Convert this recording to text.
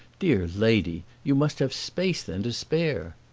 dear lady, you must have space then to spare!